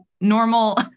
normal